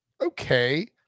okay